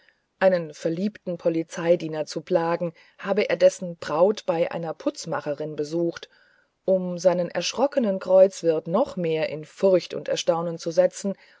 einen verliebten polizeidiener zu plagen habe er dessen braut bei einer putzmacherin besucht um seinen erschrockenen kreuzwirt noch mehr in furcht und erstaunen zu setzen